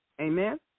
Amen